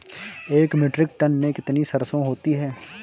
एक metric ton में कितनी सरसों होती है?